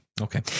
Okay